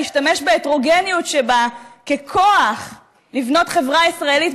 להשתמש בהטרוגניות שבה ככוח לבנות חברה ישראלית.